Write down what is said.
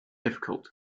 difficult